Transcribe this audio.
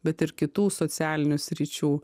bet ir kitų socialinių sričių